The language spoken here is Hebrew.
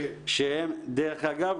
שדרך אגב,